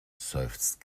seufzt